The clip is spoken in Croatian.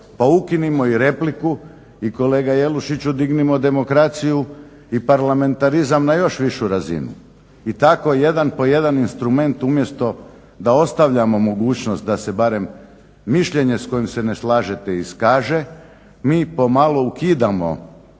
pa ukinimo i repliku i kolega Jelušiću dignimo demokraciju i parlamentarizam na još višu razinu. I tako jedan po jedan instrument umjesto da ostavljamo mogućnost da se barem mišljenje s kojim se ne slažete iskaže mi po malo ukidamo